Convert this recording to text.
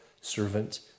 servant